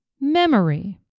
memory